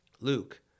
Luke